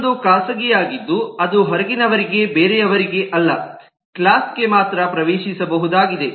ಇನ್ನೊಂದು ಖಾಸಗಿಯಾಗಿದ್ದು ಅದು ಹೊರಗಿನವರಿಗೆ ಬೇರೆಯವರಿಗೆ ಅಲ್ಲ ಕ್ಲಾಸ್ ಗೆ ಮಾತ್ರ ಪ್ರವೇಶಿಸಬಹುದಾಗಿದೆ